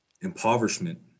impoverishment